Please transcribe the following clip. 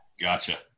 Gotcha